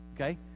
okay